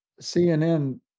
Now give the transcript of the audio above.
CNN